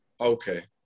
okay